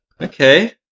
Okay